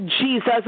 Jesus